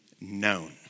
known